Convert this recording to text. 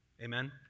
amen